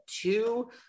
two